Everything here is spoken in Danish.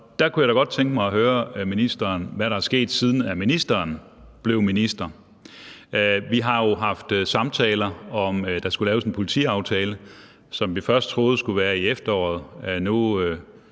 Der kunne jeg da godt tænke mig at høre ministeren, hvad der er sket, siden ministeren blev minister. Vi har jo haft samtaler om, at der skulle laves en politiaftale, som vi først troede skulle være i efteråret.